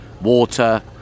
water